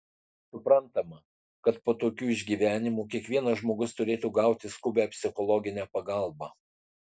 suprantama kad po tokių išgyvenimų kiekvienas žmogus turėtų gauti skubią psichologinę pagalbą